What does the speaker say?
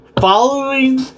following